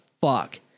fuck